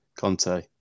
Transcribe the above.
Conte